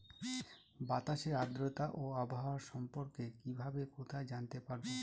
বাতাসের আর্দ্রতা ও আবহাওয়া সম্পর্কে কিভাবে কোথায় জানতে পারবো?